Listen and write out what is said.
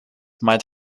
might